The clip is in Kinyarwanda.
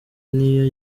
niyo